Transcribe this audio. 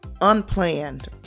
unplanned